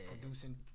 producing